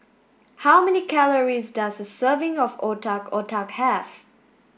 how many calories does a serving of Otak Otak have